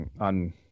on